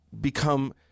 become